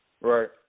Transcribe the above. Right